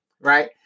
right